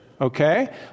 okay